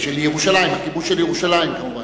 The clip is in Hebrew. הכיבוש של ירושלים כמובן.